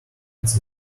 its